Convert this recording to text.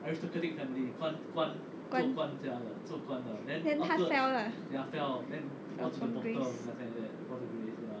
官 then 他 fell lah on grace